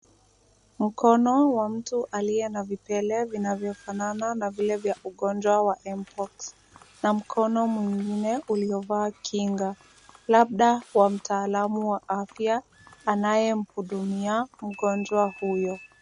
Mkono wa mtu aliye na vipele vinavyofanana na vile vya ugnjwa wa mpox, na mkono mwingine uliovaa kinga, labda wa mtaalamu wa afya anayemhudumia mgonjwa huyu.